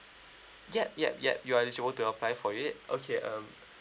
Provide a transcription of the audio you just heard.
yup yup yup you are eligible to apply for it okay um